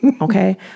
okay